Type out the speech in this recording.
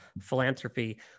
philanthropy